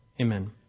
Amen